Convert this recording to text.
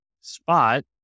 spot